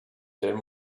him